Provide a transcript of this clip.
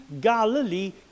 galilee